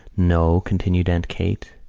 no, continued aunt kate,